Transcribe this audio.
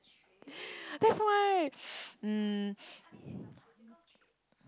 that's why um